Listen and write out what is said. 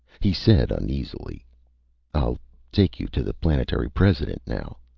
he said uneasily i'll take you to the planetary president, now.